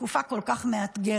בתקופה כל כך מאתגרת.